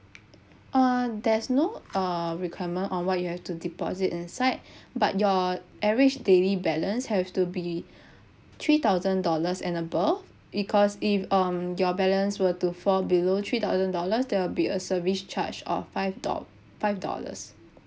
uh there's no err requirement on what you have to deposit inside but your average daily balance have to be three thousand dollars and above because if um your balance will to fall below three thousand dollars there will be a service charge of five do~ five dollars